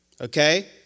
okay